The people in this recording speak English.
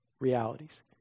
realities